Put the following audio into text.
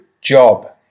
job